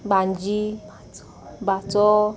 भांजी भांचो